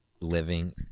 Living